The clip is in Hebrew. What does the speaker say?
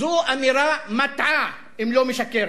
זו אמירה מטעה, אם לא משקרת.